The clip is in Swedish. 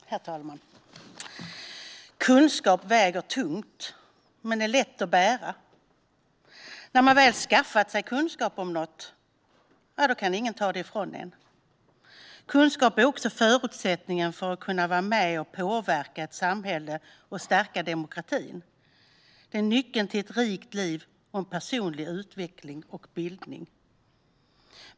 Herr talman! Kunskap väger tungt men är lätt att bära. När man väl har skaffat sig kunskap om något kan ingen ta den ifrån en. Kunskap är också förutsättningen för att man ska kunna vara med och påverka ett samhälle och stärka demokratin. Den är nyckeln till ett rikt liv, personlig utveckling och bildning.